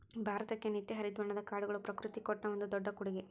ಭಾರತಕ್ಕೆ ನಿತ್ಯ ಹರಿದ್ವರ್ಣದ ಕಾಡುಗಳು ಪ್ರಕೃತಿ ಕೊಟ್ಟ ಒಂದು ದೊಡ್ಡ ಕೊಡುಗೆ